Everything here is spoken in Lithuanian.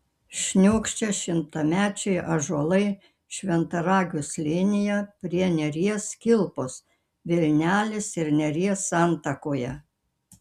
šniokščia šimtamečiai ąžuolai šventaragio slėnyje prie neries kilpos vilnelės ir neries santakoje